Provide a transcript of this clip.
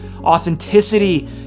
authenticity